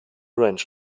ranch